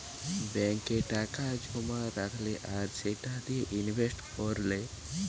ব্যাংকে টাকা জোমা রাখলে আর সেটা দিয়ে ইনভেস্ট কোরলে